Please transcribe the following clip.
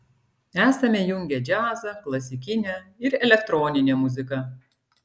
esame jungę džiazą klasikinę ir elektroninę muziką